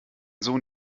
sohn